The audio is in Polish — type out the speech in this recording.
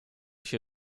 się